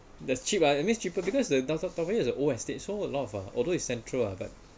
that's cheap lah that means cheaper because the is a old estate so a lot of uh although it's central lah but